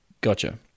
gotcha